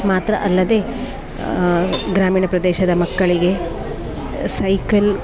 ಮಾತ್ರ ಅಲ್ಲದೆ ಗ್ರಾಮೀಣ ಪ್ರದೇಶದ ಮಕ್ಕಳಿಗೆ ಸೈಕಲ್